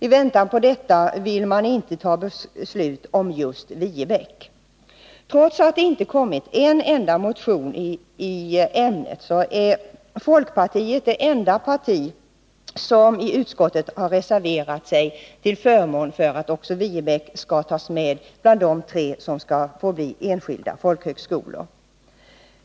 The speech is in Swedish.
I väntan på detta vill man inte fatta beslut om just Viebäck. Trots att det inte kommit en enda motion i ämnet är folkpartiet det enda parti som i utskottet har reserverat sig till förmån för att också Viebäck skall tas med bland de tre skolor som skall få bli enskilda folkhögskolor.